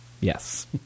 yes